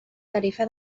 tarifa